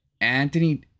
Anthony